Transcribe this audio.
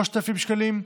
3,000 שקלים,